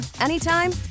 anytime